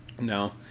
No